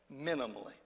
minimally